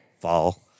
Fall